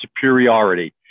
superiority